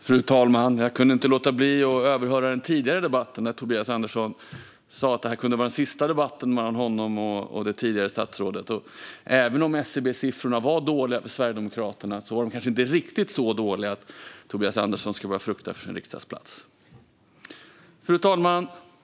Fru ålderspresident! Jag kunde inte låta bli att överhöra den tidigare debatten där Tobias Andersson sa att det kunde vara den sista debatten mellan honom och statsrådet som var här tidigare. Även om SCB:s siffror var dåliga för Sverigedemokraterna var de kanske inte riktigt så dåliga att Tobias Andersson ska behöva frukta att bli av med sin riksdagsplats. Fru ålderspresident!